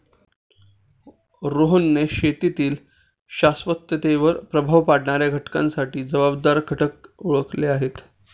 रोहनने शेतीतील शाश्वततेवर प्रभाव पाडणाऱ्या घटकांसाठी जबाबदार घटक ओळखले आहेत